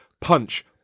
punch